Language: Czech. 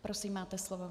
Prosím, máte slovo.